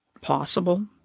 possible